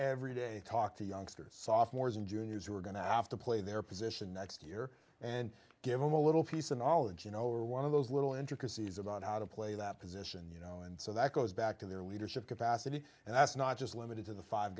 every day talk to youngsters software's in juniors who are going to have to play their position next year and give them a little piece of knowledge you know or one of those little intricacies about how to play that position you know and so that goes back to their leadership capacity and that's not just limited to the five